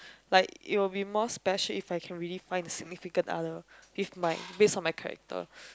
like it will be more special if I can really find my significant other based my based on my character